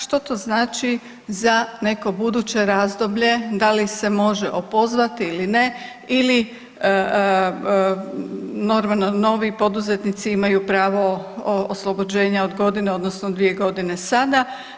Što to znači za neko buduće razdoblje, da li se može opozvati ili ne ili normalno novi poduzetnici imaju pravo oslobođenja od godine odnosno dvije godine sada?